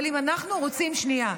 אבל אם אנחנו רוצים, תעני לשאלה,